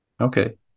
Okay